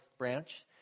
branch